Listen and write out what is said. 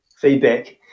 feedback